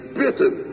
bitten